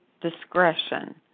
discretion